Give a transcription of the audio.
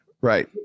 Right